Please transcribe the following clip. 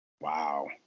Wow